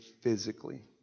physically